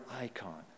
icon